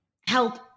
help